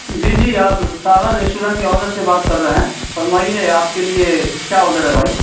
جی جی آپ ساگر ریسٹورینٹ کے آنر سے بات کر رہے ہیں فرمائیے آپ کے لیے کیا آرڈر ہے بھائی